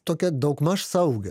tokią daugmaž saugią